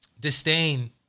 Disdain